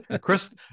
chris